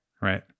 Right